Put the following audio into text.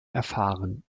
erfahren